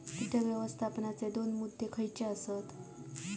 कीटक व्यवस्थापनाचे दोन मुद्दे खयचे आसत?